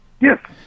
Yes